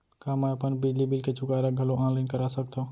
का मैं अपन बिजली बिल के चुकारा घलो ऑनलाइन करा सकथव?